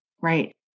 Right